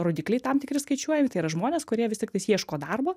rodikliai tam tikri skaičiuojami tai yra žmonės kurie vis tiktais ieško darbo